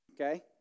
Okay